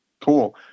cool